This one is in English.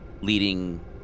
Leading